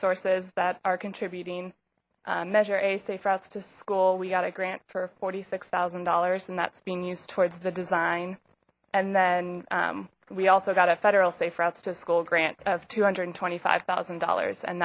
sources that are contributing measure a safe routes to school we got a grant for forty six thousand dollars and that's being used towards the design and then we also got a federal safe routes to school grant of two hundred and twenty five thousand dollars and